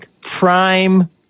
prime